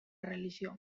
religió